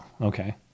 okay